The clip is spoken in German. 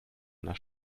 einer